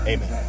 Amen